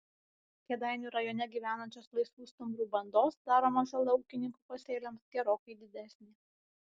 kėdainių rajone gyvenančios laisvų stumbrų bandos daroma žala ūkininkų pasėliams gerokai didesnė